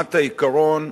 ברמת העיקרון,